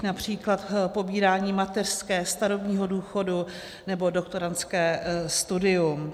Například pobírání mateřské, starobního důchodu nebo doktorandské studium.